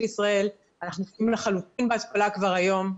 ישראל ואנחנו עוסקים בהתפלה כבר היום.